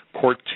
Court